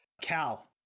Cal